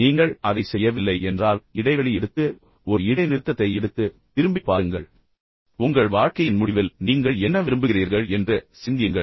நீங்கள் அதை செய்யவில்லை என்றால் மீண்டும் இப்போது இடைவெளி எடுத்து ஒரு இடைநிறுத்தத்தை எடுத்து திரும்பிப் பாருங்கள் உங்கள் வாழ்க்கையின் முடிவில் நீங்கள் என்ன விரும்புகிறீர்கள் என்று சிந்தியுங்கள்